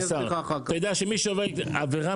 אתה יודע שמי שעובר עבירה